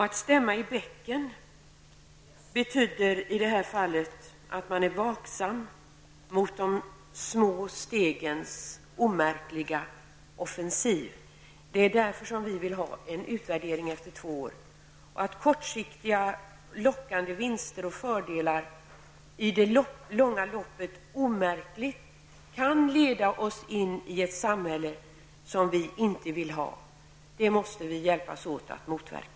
Att stämma i bäcken betyder i detta fall att man är vaksam mot de små stegens omärkliga offensiv. Det är därför som vi vill få till stånd en utvärdering efter två år. Kortsiktiga och lockande vinster samt fördelar kan i det långa loppet omärkligt leda oss in i ett samhälle som vi inte vill ha. Det måste vi hjälpas åt att motverka.